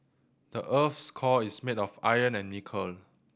the earth's core is made of iron and nickel